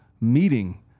meeting